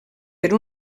per